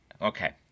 Okay